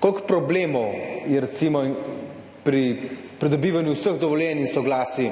recimo problemov pri pridobivanju vseh dovoljenj in soglasij